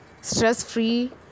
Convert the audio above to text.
stress-free